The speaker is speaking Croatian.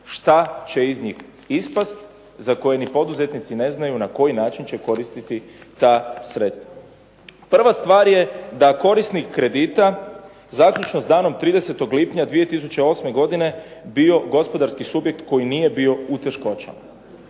šta će iz njih ispast, za koje ni poduzetnici ne znaju na koji način će koristiti ta sredstva. Prva stvar je da korisnik kredita zaključno s danom 30. lipnja 2008. godine bio gospodarski subjekt koji nije bio u teškoćama.